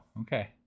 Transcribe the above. Okay